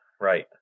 right